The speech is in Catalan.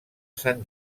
sant